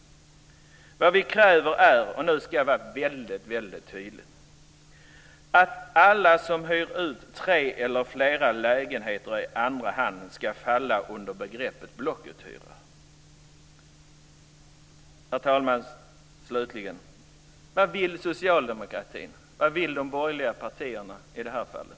Vad vi kräver är - och nu ska jag vara väldigt, väldigt tydlig - att alla som hyr ut tre eller flera lägenheter i andra hand ska falla under begreppet blockuthyrare. Slutligen, herr talman: Vad vill socialdemokratin och de borgerliga partierna i det här fallet?